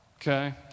okay